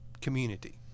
community